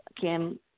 Kim